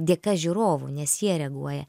dėka žiūrovų nes jie reaguoja